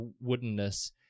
woodenness